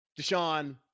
Deshaun